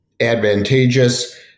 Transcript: advantageous